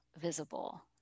visible